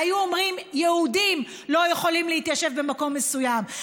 והיו אומרים: יהודים לא יכולים להתיישב במקום מסוים,